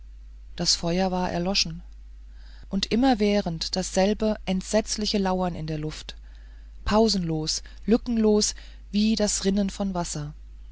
das feuer war erloschen und immerwährend dasselbe entsetzliche lauern in der luft pausenlos lückenlos wie das rinnen von wasser